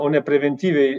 o ne preventyviai